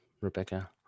Rebecca